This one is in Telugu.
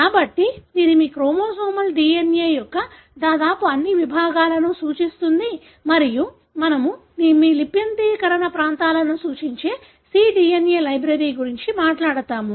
కాబట్టి ఇది మీ క్రోమోజోమల్ DNA యొక్క దాదాపు అన్ని విభాగాలను సూచిస్తుంది మరియు మనము మీ లిప్యంతరీకరణ ప్రాంతాలను సూచించే cDNA లైబ్రరీ గురించి మాట్లాడుతాము